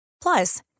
Plus